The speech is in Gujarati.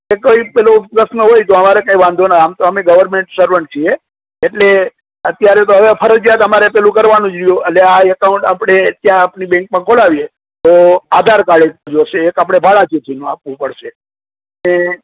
કે કોઈ પેલું પ્રશ્ન હોય તો અમારે કંઈ વાંધો નહીં આમ તો અમે ગવર્નમેંટ સર્વન્ટ છીએ એટલે અત્યારે તો હવે ફરજિયાત અમારે પેલું કરવાનું જ રહ્યું એટલે આ એકાઉન્ટ આપણે ત્યાં આપની બેન્કમાં ખોલાવીએ તો આધાર કાર્ડ એક જોઈશે એક આપણે ભાડા ચીઠ્ઠીનું આપવું પડશે એ